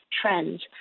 trends